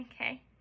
Okay